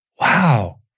wow